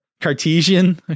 cartesian